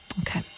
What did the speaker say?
Okay